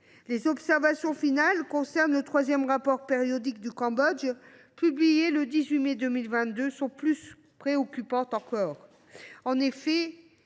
Les observations finales concernant le troisième rapport périodique du Cambodge, publié le 18 mai 2022, sont plus préoccupantes encore.